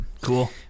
Cool